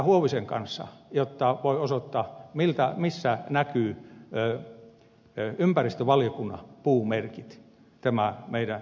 huovisen kanssa jotta voidaan osoittaa missä näkyvät ympäristövaliokunnan puumerkit meidän mietinnössämme